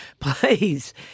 please